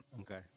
Okay